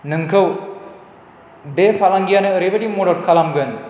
नोंखौ बे फालांगियानो ओरैबादि मदद खालामगोन